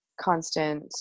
constant